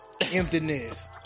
Emptiness